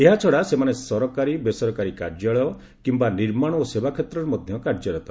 ଏହାଛଡ଼ା ସେମାନେ ସରକାରୀ ବେସରକାରୀ କାର୍ଯ୍ୟାଳୟ କିମ୍ବା ନିର୍ମାଣ ଓ ସେବା କ୍ଷେତ୍ରରେ ମଧ୍ୟ କାର୍ଯ୍ୟରତ